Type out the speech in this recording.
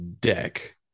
deck